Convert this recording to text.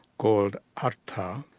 called artha,